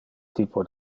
typo